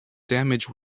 damage